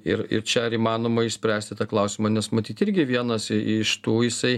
ir ir čia ar įmanoma išspręsti tą klausimą nes matyt irgi vienas iš tų jisai